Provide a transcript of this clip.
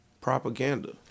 propaganda